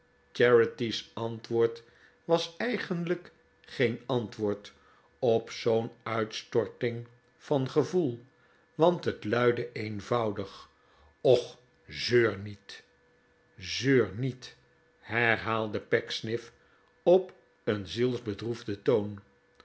charity's antwoord was eigenlijk geen antwoord op zoo'n uitstorting van gevoel want het luidde eenvoudig och zeur niet zeur niet herhaalde pecksniff op een zielsbedroefden toon